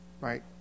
right